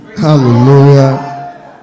Hallelujah